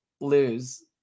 lose